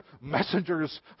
messengers